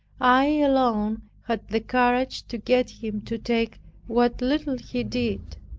i alone had the courage to get him to take what little he did.